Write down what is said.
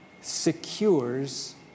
secures